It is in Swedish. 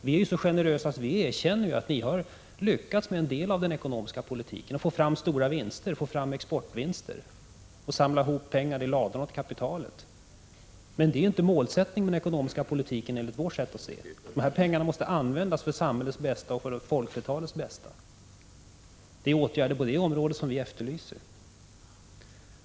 Vi är så generösa att vi erkänner att ni har lyckats med en del av den ekonomiska politiken och fått fram exportvinster och samlat pengar i ladorna åt kapitalet. Men det är inte målet med den ekonomiska politiken enligt vårt sätt att se. De här pengarna måste användas för samhällets bästa och för folkflertalets bästa. Det är åtgärder på det området som vi efterlyser.